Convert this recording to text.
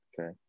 okay